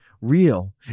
real